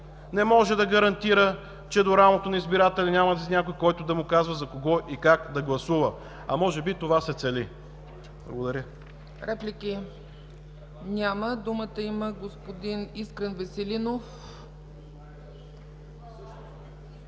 не може да гарантира, че до рамото на избирателя няма да седи някой, който да му казва за кого и как да гласува, а може би това се цели. Благодаря. ПРЕДСЕДАТЕЛ ЦЕЦКА ЦАЧЕВА: Реплики? Няма. Думата има господин Искрен Веселинов.